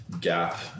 gap